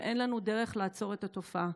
ואין לנו דרך לעצור את התופעה.